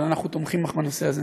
אבל אנחנו תומכים בך בנושא הזה.